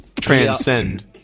Transcend